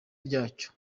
ryacyo